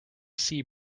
sea